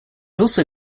also